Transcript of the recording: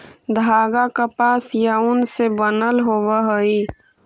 धागा कपास या ऊन से बनल होवऽ हई